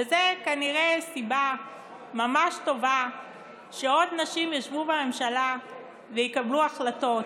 וזו כנראה סיבה ממש טובה שעוד נשים ישבו בממשלה ויקבלו החלטות,